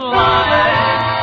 life